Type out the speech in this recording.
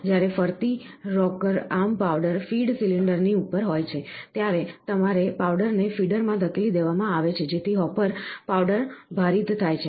જ્યારે ફરતી rocker arm powder feed cylinder ની ઉપર હોય છે ત્યારે પાવડરને ફીડર માં ધકેલી દેવામાં આવે છે જેથી હોપર પાવડર ભારીત થાય છે